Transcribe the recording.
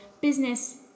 business